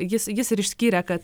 jis jis ir išskyrė kad